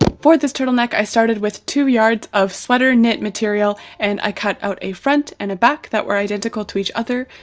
for this turtleneck, i started with two yards of sweater knit material and i cut out a front and a back that were identical to each other.